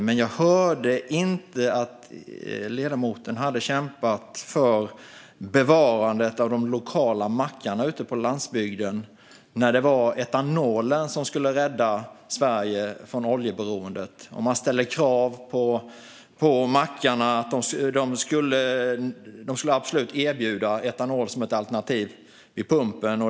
Men jag hörde inte att ledamoten hade kämpat för bevarandet av de lokala mackarna ute på landsbygden när det var etanolen som skulle rädda Sverige från oljeberoendet. Det ställdes krav på mackarna att de absolut skulle erbjuda etanol som ett alternativ vid pumpen.